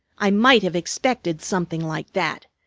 i might have expected something like that.